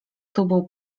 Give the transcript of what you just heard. tubą